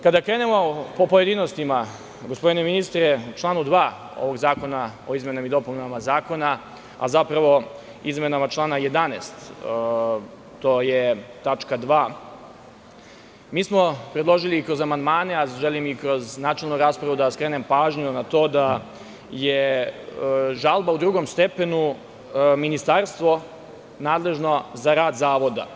Kada krenemo po pojedinostima, gospodine ministre, u članu 2. ovog zakona o izmenama i dopunama Zakona, a zapravo izmenama člana 11, tačka 2), mi smo predložili kroz amandmane ali želim i kroz načelnu raspravu da vam skrenem pažnju na to da je žalba u drugom stepenu – Ministarstvo nadležno za rad zavoda.